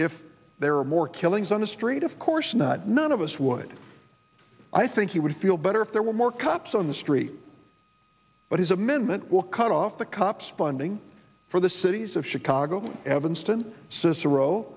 if there are more killings on the street of course not none of us would i think he would feel better if there were more cops on the street but his amendment will cut off the cops funding for the cities of chicago evanston cicero